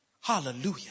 Hallelujah